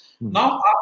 Now